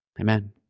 amen